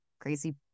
crazy